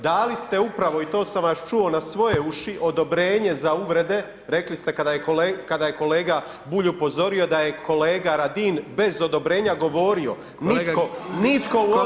Dali ste upravo i to sam vas čuo na svoje uši odobrenje za uvrede, rekli ste, kada je kolega Bulj upozorio da je kolega Radin bez odobrenja govorio, nitko u ovom Saboru ne